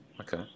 Okay